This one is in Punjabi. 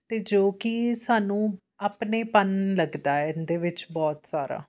ਅਤੇ ਜੋ ਕਿ ਸਾਨੂੰ ਆਪਣੇਪਣ ਲੱਗਦਾ ਹੈ ਇਹਨਾਂ ਦੇ ਵਿੱਚ ਬਹੁਤ ਸਾਰਾ